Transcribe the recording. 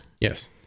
yes